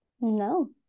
no